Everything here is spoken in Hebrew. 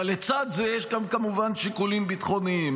אבל לצד זה יש גם כמובן שיקולים ביטחוניים.